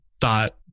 thought